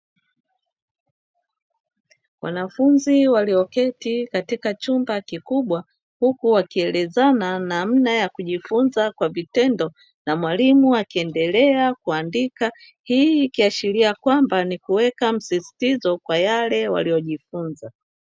Wanafunzi walioketi katika chumba kikubwa, huku wakielezana namna ya kujifunzia kwa vitendo na mwalimu akiendelea kuandika. Hii ikiashiria kwamba ni kuweka msisitizo kwa yale waliyojifunza.